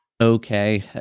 okay